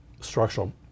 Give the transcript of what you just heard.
structural